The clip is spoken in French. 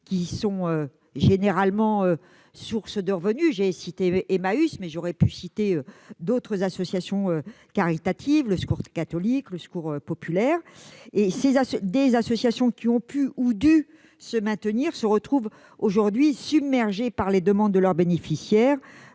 printaniers généralement sources de revenus. J'ai évoqué Emmaüs, mais j'aurais pu citer d'autres associations caritatives comme le Secours catholique ou le Secours populaire. Quant aux associations qui ont maintenu leur activité, elles se retrouvent aujourd'hui submergées par les demandes de leurs bénéficiaires.